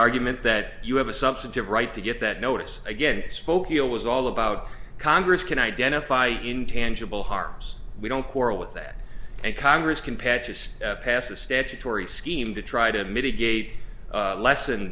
argument that you have a substantive right to get that notice again spokeo was all about congress can identify intangible harms we don't quarrel with that and congress can patches pass a statutory scheme to try to mitigate lessen